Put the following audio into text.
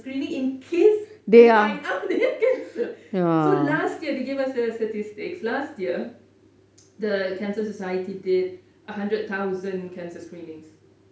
in case they find out they have cancer so last year they gave us the statistics last year the cancer society did a hundred thousand cancer screenings